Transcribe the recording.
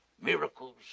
miracles